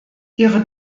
ihre